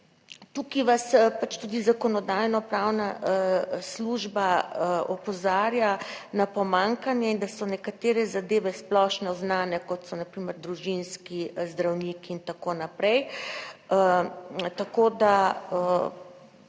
Tukaj vas pač tudi Zakonodajno-pravna služba opozarja na pomanjkanje in da so nekatere zadeve splošno znane, kot so na primer družinski zdravniki in tako naprej. Tako da